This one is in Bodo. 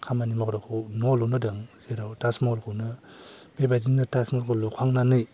खामानि मावग्राखौ न' लुनो होदों जेराव ताजमहलखौनो बेबायदिनो ताजमहरलखौ लुखांनानै